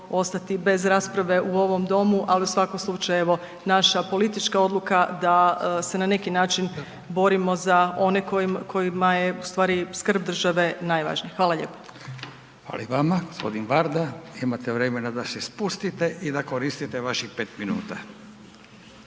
ostati bez rasprave u ovom Domu, ali u svakom slučaju, evo, naša politička odluka da se na neki način borimo za one kojima je ustvari skrb države najvažnija. Hvala lijepo. **Radin, Furio (Nezavisni)** Hvala i vama. G. Varda, imate vremena da se spustite i da koristite vaših 5 minuta.